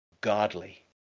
godly